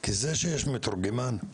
זה שיש מתורגמן,